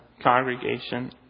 congregation